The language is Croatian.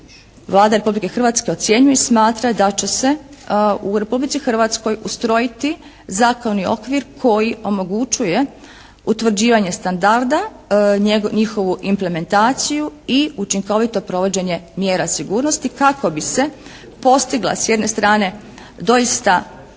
Vlada Republike Hrvatske ocjenjuje i smatra da će se u Republici Hrvatskoj ustrojiti zakonski okvir koji omogućuje utvrđivanje standarda, njihovu implementaciju i učinkovito provođenje mjera sigurnosti kako bi se postigla s jedne strane doista